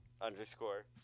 underscore